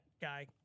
guy